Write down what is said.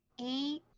eight